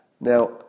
Now